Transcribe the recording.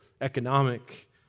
economic